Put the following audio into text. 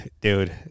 dude